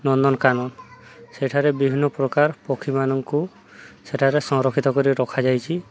ନନ୍ଦନକାନନ ସେଠାରେ ବିଭିନ୍ନ ପ୍ରକାର ପକ୍ଷୀମାନଙ୍କୁ ସେଠାରେ ସଂରକ୍ଷିତ କରି ରଖାଯାଇଛି